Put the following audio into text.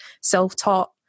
self-taught